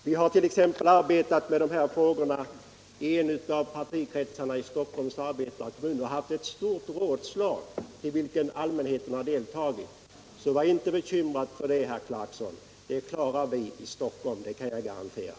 Vi har t.ex. arbetat med dessa frågor i en av partikretsarna i Stockholms arbetarekommun och haft ett stort råd slag, i vilket allmänheten har deltagit. Var alltså inte bekymrad för det, herr Clarkson! Det klarar vi i Stockholm, det kan jag garantera.